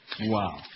Wow